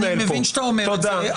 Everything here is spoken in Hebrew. אני מבין שאתה אומר את זה,